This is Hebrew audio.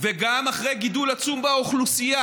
וגם אחרי גידול עצום באוכלוסייה